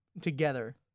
together